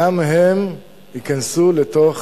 גם הן ייכנסו לתוך